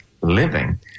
living